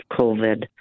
COVID